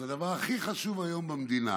אז הדבר הכי חשוב היום במדינה